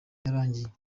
yarangiye